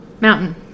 mountain